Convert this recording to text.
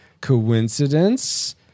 Coincidence